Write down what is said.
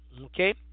okay